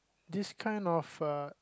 this kind of uh